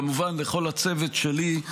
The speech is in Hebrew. וכמובן לכל הצוות שלי,